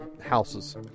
houses